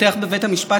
מאשר הוא בוטח בנו,